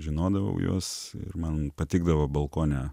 žinodavau juos ir man patikdavo balkone